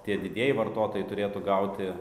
tie didieji vartotojai turėtų gauti